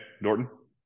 Norton